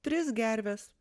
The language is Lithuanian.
tris gerves